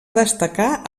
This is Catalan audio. destacar